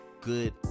good